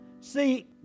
see